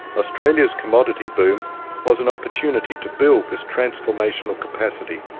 australia's commodity boom was an opportunity to build this transformational capacity,